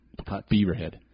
Beaverhead